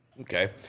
Okay